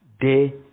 day